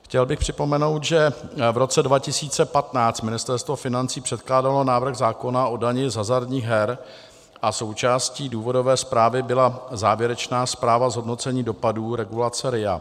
Chtěl bych připomenout, že v roce 2015 Ministerstvo financí předkládalo návrh zákona o dani z hazardních her a součástí důvodové zprávy byla závěrečná zpráva, zhodnocení dopadů regulace RIA.